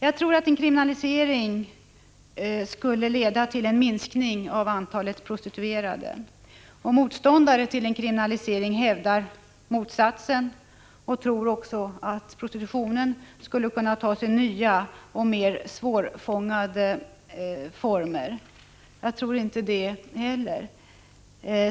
En kriminalisering skulle, enligt min mening, leda till en minskning av antalet prostituerade. Motståndare till en kriminalisering hävdar motsatsen och tror också att prostitutionen skulle kunna ta sig nya och mer svårbemästrade former. Jag tror inte det heller.